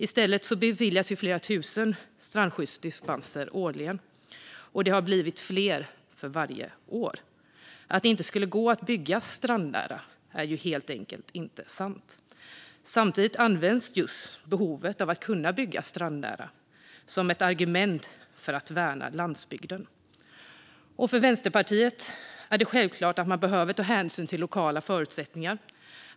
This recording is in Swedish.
I stället beviljas flera tusen strandskyddsdispenser årligen, och det har blivit fler för varje år. Att det inte skulle gå att bygga strandnära är helt enkelt inte sant. Samtidigt används just behovet av att kunna bygga strandnära som ett argument för att värna landsbygden. För Vänsterpartiet är det självklart att man behöver ta hänsyn till lokala förutsättningar.